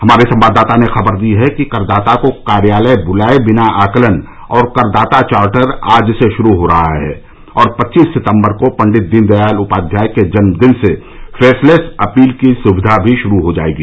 हमारे संवाददाता ने खबर दी है कि करदाता को कार्यालय बुलाए बिना आकलन और करदाता चार्टर आज से शुरू हो रहा है और पच्चीस सितंबर को पंडित दीनदयाल उपाध्याय के जन्मदिन से फेसलैस अपील की सुविधा भी शुरू हो जाएगी